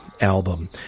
album